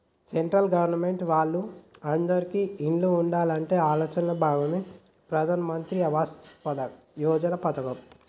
central government వాళ్ళు అందిరికీ ఇల్లు ఉండాలనే ఆలోచనలో భాగమే ఈ ప్రధాన్ మంత్రి ఆవాస్ యోజన పథకం